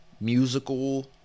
musical